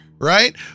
Right